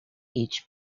each